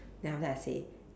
then after that I say